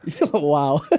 Wow